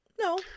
No